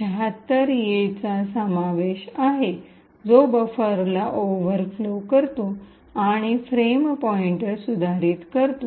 76 एचा समावेश आहे जो बफरला ओव्हरफ्लो करतो आणि फ्रेम पॉईंटर सुधारित करतो